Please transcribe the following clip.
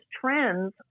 trends